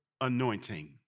anointing